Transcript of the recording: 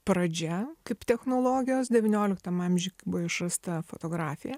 pradžia kaip technologijos devynioliktam amžiuj buvo išrasta fotografija